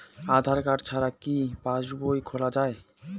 আধার card ছাড়া কি পাসবই খোলা যায়?